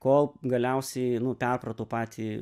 kol galiausiai nu perpratau patį